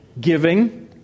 giving